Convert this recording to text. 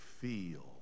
feel